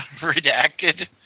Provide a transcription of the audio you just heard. redacted